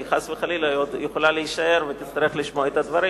כי חס וחלילה היא עוד יכולה להישאר ותצטרך לשמוע את הדברים.